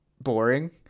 boring